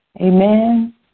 Amen